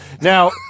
Now